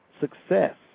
success